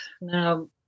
now